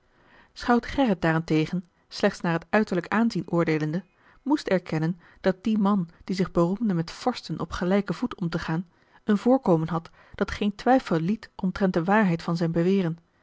schout gerrit daarentegen slechts naar het uiterlijk aanzien oordeelende moest erkennen dat die man die zich beroemde met vorsten op gelijken voet om te gaan een voorkomen had dat geen twijfel liet omtrent de waarheid van zijn beweren